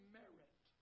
merit